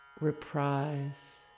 reprise